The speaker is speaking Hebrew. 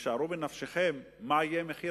שערו בנפשכם מה יהיה מחיר